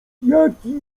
jaki